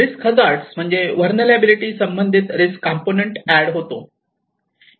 risk hazard म्हणजे vulnerability संबंधित risk component add होतो